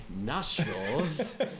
nostrils